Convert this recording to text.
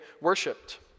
worshipped